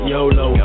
YOLO